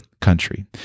Country